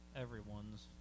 Everyone's